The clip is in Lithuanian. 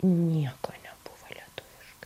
nieko nebuvo lietuvišk